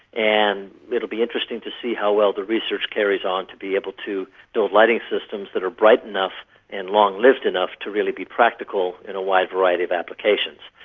and it will be interesting to see how well the research carries on to be able to build lighting systems that are bright enough and long-lived enough to really be practical in a wide variety of applications.